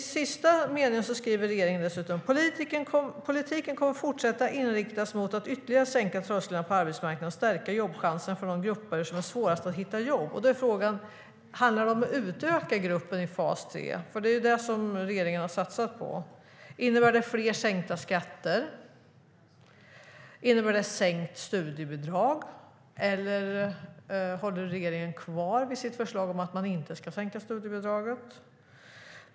I sista meningen i svaret skriver regeringen dessutom: "Politiken kommer därför fortsatt inriktas mot att ytterligare sänka trösklarna in på arbetsmarknaden och stärka jobbchanserna för de grupper som har det svårast att hitta jobb." Handlar det då om att utöka gruppen i fas 3? Det är ju det regeringen har satsat på. Innebär det fler sänkta skatter? Innebär det sänkt studiebidrag, eller håller regeringen kvar vid förslaget att inte sänka studiebidraget?